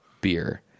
beer